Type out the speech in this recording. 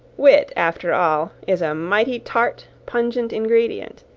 wit, after all, is a mighty tart, pungent ingredient,